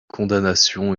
condamnation